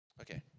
Okay